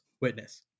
witness